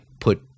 put